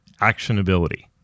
actionability